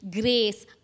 grace